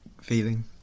feeling